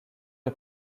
est